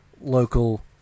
local